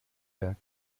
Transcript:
werk